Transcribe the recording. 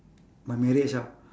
my marriage ah